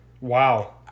Wow